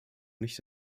nicht